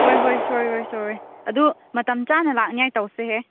ꯍꯣꯏ ꯍꯣꯏ ꯁꯣꯏꯔꯣꯏ ꯁꯣꯏꯔꯣꯏ ꯑꯗꯨ ꯃꯇꯝ ꯆꯥꯅ ꯂꯥꯛꯅꯤꯡꯉꯥꯏ ꯇꯧꯁꯦꯍꯦ